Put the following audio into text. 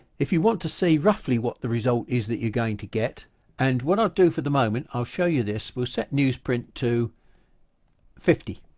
if you want to see roughly what the result is that you're going to get and what i'll do for the moment i'll show you this we'll set newsprint to fifty,